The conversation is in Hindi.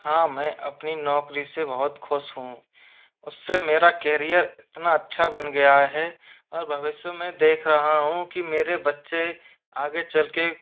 हाँ मैं अपनी नौकरी से बहुत खुश हूँ उससे मेरा केरिएर इतना अच्छा बन गया है और भविष्य मैं देख रहा हूँ कि मेरे बच्चे आगे चलके